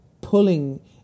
pulling